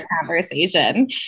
conversation